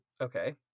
okay